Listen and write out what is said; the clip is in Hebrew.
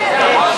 ולא,